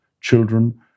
children